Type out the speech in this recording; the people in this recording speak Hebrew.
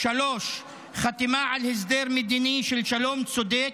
3. חתימה על הסדר מדיני של שלום צודק,